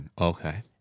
Okay